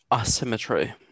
Asymmetry